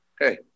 Okay